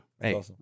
Hey